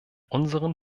unseren